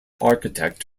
architect